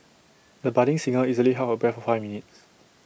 the budding singer easily held her breath for five minutes